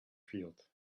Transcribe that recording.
field